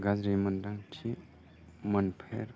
गाज्रि मोन्दांथि मोनफेर